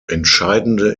entscheidende